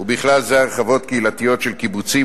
ובכלל זה הרחבות קהילתיות של קיבוצים,